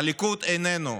הליכוד איננו.